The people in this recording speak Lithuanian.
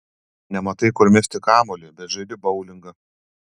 nematai kur mesti kamuolį bet žaidi boulingą